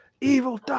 evil